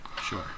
sure